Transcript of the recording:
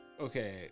Okay